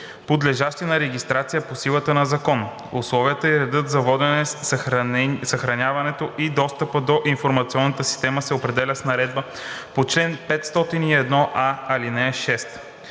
подлежащи на регистрация по силата на закон. Условията и редът за воденето, съхраняването и достъпа до информационната система се определят с наредбата по чл. 501а, ал. 6.